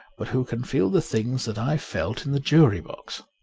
but who can feel the things that i felt in the jury-box.